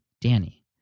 Danny